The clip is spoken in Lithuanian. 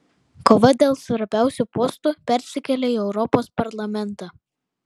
kova dėl svarbiausių postų persikelia į europos parlamentą